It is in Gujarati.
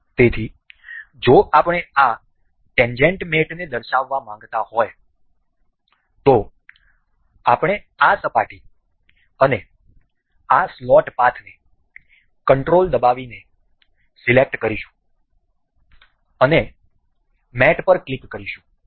તેથી જો આપણે આ ટેન્જેન્ટ મેટને દર્શાવવા માંગતા હોય તો આપણે આ સપાટી અને આ સ્લોટ પાથને કંટ્રોલ દબાવીને સિલેક્ટ કરીશું અને મેટ પર ક્લિક કરીશું